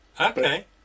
okay